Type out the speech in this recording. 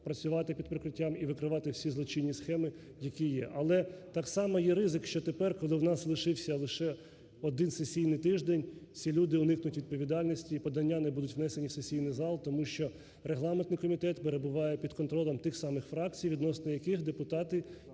працювати під прикриттям і викривати всі злочинні схеми, які є. Але так само є ризик, що тепер, коли у нас лишився лише один сесійний тиждень, ці люди уникнуть відповідальності, і подання не будуть внесені в сесійний зал, тому що регламентний комітет перебуває під контролем тих самих фракцій, відносно яких депутати